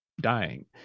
dying